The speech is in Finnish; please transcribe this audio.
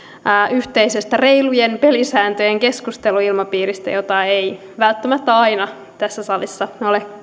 yhteisestä reilujen pelisääntöjen keskusteluilmapiiristä jota ei välttämättä aina tässä salissa